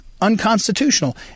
unconstitutional